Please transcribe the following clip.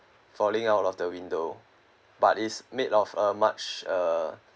falling out of the window but is made of uh much uh